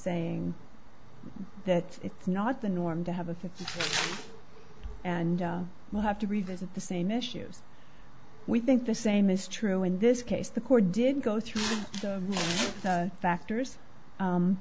saying that it's not the norm to have a fixed and we'll have to revisit the same issues we think the same is true in this case the court did go through the factors